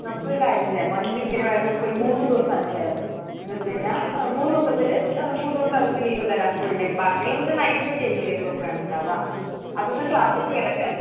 നമുക്കൊരു കാര്യം ചെയ്യാം വൺ വീക്കിനുപകരം നമുക്കൊരു മൂന്നുദിവസം ആക്കിയാലോ എന്നുവെച്ചു കഴിഞ്ഞാൽ മൂന്നുദിവസത്തിൽ മൂന്നുദിവസം അവൾക്ക് ലീവ് തരാം ഫുൾ ഡേ ബാക്കിയുള്ള ദിവസം നൈറ്റൊക്കെ ആരിക്കില്ലേ പ്രോഗാമുണ്ടാവുക ആ ദിവസം ക്ലാസ്സിലേക്ക് വരട്ടെ